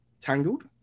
Tangled